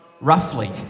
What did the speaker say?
roughly